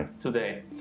today